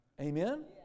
Amen